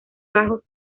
bajos